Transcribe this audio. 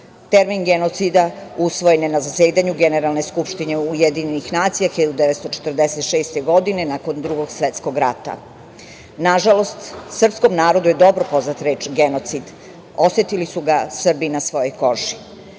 Termin genocida usvojen je na zasedanju Generalne skupštine Ujedinjenih nacija 1946. godine, nakon Drugog svetskog rata. Nažalost, srpskom narodu je dobro poznata reč genocid. Osetili su ga Srbi na svojoj